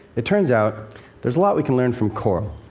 it turns out there's a lot we can learn from coral.